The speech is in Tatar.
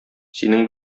синең